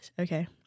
Okay